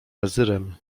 wezyrem